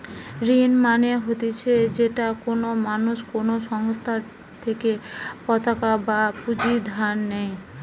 ঋণ মানে হতিছে যেটা কোনো মানুষ কোনো সংস্থার থেকে পতাকা বা পুঁজি ধার নেই